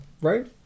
Right